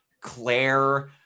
claire